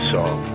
Song